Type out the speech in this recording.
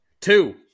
Two